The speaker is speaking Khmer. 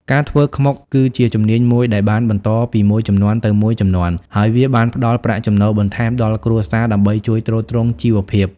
ការធ្វើខ្មុកគឺជាជំនាញមួយដែលបានបន្តពីមួយជំនាន់ទៅមួយជំនាន់ ហើយវាបានផ្តល់ប្រាក់ចំណូលបន្ថែមដល់គ្រួសារដើម្បីជួយទ្រទ្រង់ជីវភាព។